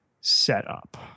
setup